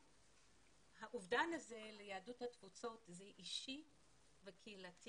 האובדן הזה ליהדות התפוצות הוא אישי וקהילתי